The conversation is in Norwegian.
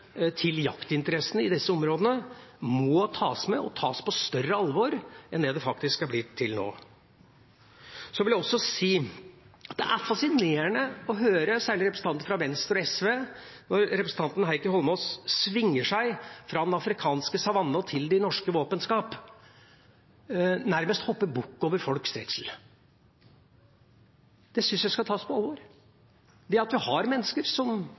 til jaktinteressene i disse områdene må tas med og tas på større alvor enn det man faktisk har gjort til nå. Jeg vil også si at det er fascinerende å høre, særlig fra representanter fra Venstre og SV – og representanten Heikki Eidsvoll Holmås svinger seg fra den afrikanske savannen til de norske våpenskap – at man nærmest hopper bukk over folks redsel. Den syns jeg skal tas på alvor. Det er mennesker som